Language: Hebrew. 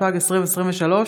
התשפ"ג 2023,